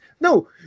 no